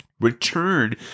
Return